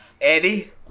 Eddie